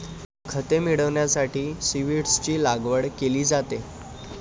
खते मिळविण्यासाठी सीव्हीड्सची लागवड केली जाते